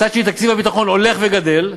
מצד שני, תקציב הביטחון הולך וגדל,